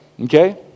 okay